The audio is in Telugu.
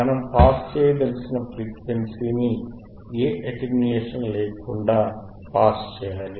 మనం పాస్ చేయదలిచిన ఫ్రీక్వెన్సీని ఏ అటెన్యుయేషన్ లేకుండా పాస్ చేయాలి